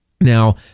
Now